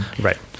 Right